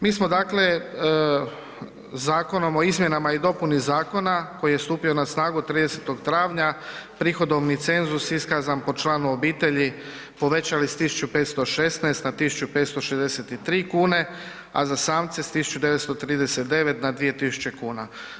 Mi smo dakle zakonom o izmjenama i dopuni zakona koji je stupio na snagu 30. travnja, prihodovni cenzus iskazan po članu obitelji povećali s 1516 na 1563 kn a za samce sa 1939 na 2000 kuna.